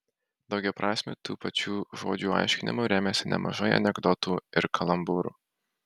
daugiaprasmiu tų pačių žodžių aiškinimu remiasi nemažai anekdotų ir kalambūrų